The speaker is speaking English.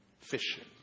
fishing